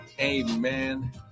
amen